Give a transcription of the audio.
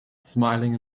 smiling